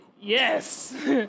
Yes